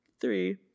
three